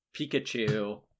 Pikachu